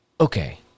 Okay